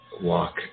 walk